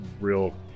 real